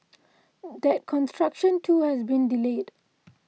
that construction too has been delayed